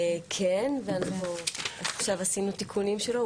כן, ואנחנו עכשיו עשינו תיקונים שלו.